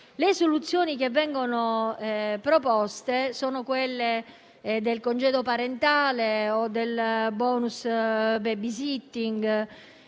Le soluzioni che vengono proposte sono il congedo parentale o il *bonus babysitting*: